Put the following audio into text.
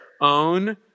own